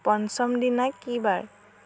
পঞ্চম দিনা কি বাৰ